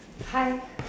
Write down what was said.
hi